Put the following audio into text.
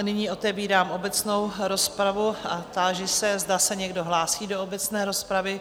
Nyní otevírám obecnou rozpravu a táži se, zda se někdo hlásí do obecné rozpravy.